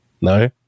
No